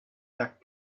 that